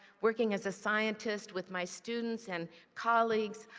working as a scientist with my students and colleagues,